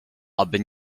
aby